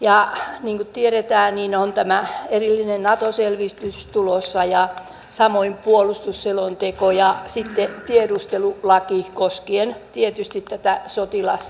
ja niin kuin tiedetään tämä erillinen nato selvitys on tulossa ja samoin puolustusselonteko ja sitten tiedustelulaki koskien tietysti tätä sotilasasiaa